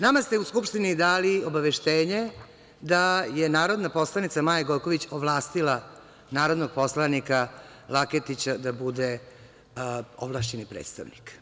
Nama ste u Skupštini dali obaveštenje da je narodna poslanika Maja Gojković ovlastila narodnog poslanika Laketića da bude ovlašćeni predstavnik.